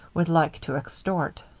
would like to extort.